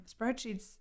spreadsheets